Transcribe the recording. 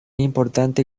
importante